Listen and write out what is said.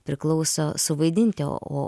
priklauso suvaidinti o o